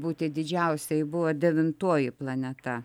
būti didžiausia ji buvo devintoji planeta